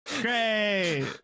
great